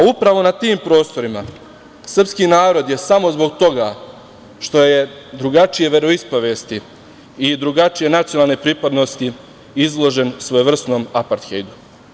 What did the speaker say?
Upravo na tim prostorima srpski narod je samo zbog toga što je drugačije veroispovesti i drugačije nacionalne pripadnosti, izložen svojevrsnom Aparthejdu.